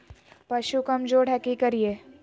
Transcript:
पशु कमज़ोर है कि करिये?